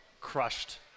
crushed